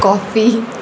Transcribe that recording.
coffee